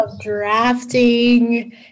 drafting